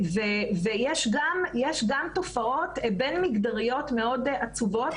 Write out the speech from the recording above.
יש גם תופעות בין-מגדריות מאוד עצובות